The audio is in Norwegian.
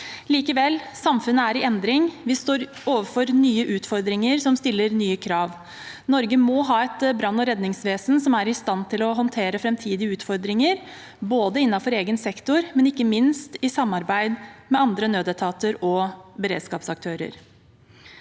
Likevel: Samfunnet er i endring, og vi står overfor nye utfordringer som stiller nye krav. Norge må ha et brann- og redningsvesen som er i stand til å håndtere framtidige utfordringer, både innenfor egen sektor og ikke minst i samarbeid med andre nødetater og beredskapsaktører.